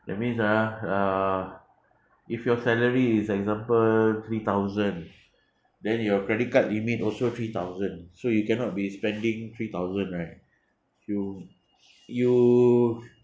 that means ah uh if your salary is example three thousand then your credit card limit also three thousand so you cannot be spending three thousand right you you